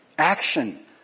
Action